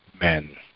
men